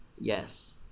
yes